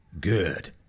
good